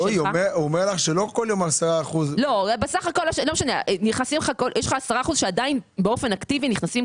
הוא אומר לך שלא כל יום 10%. יש לך 10% שעדיין באופן אקטיבי נכנסים.